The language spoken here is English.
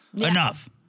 Enough